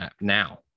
now